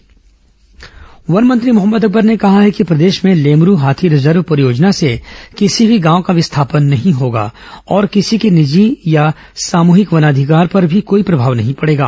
लेमरू हाथी रिजर्व वन मंत्री मोहम्मद अकबर ने कहा है कि प्रदेश में लेमरू हाथी रिजर्व परियोजना से किसी भी गांव का विस्थापन नहीं होगा और किसी के निजी और सामूहिक वनाधिकार पर भी कोई प्रभाव नहीं पड़ेगा